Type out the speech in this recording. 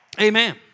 Amen